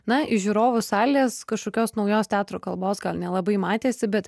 na iš žiūrovų salės kažkokios naujos teatro kalbos gal nelabai matėsi bet